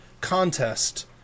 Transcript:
contest